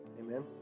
Amen